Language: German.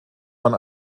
man